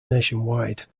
nationwide